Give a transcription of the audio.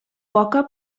poca